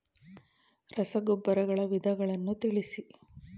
ರಸಗೊಬ್ಬರಗಳ ವಿಧಗಳನ್ನು ತಿಳಿಸಿ?